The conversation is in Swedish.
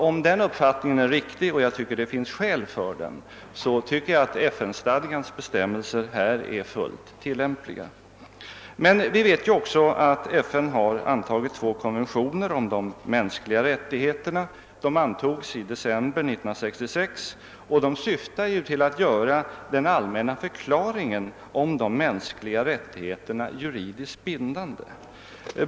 Om denna uppfattning är riktig — och jag tycker att det finns skäl för den — anser jag att FN stadgans bestämmelser är fullt tillämpliga i detta fall. FN har emellertid också antagit två konventioner om de mänskliga rättigheterna. De antogs i december 1966 och syftar till att göra den allmänna förklaringen om de mänskliga rättigheterna juridiskt bindande.